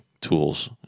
tools